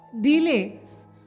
Delays